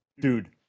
dude